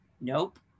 nope